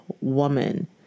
woman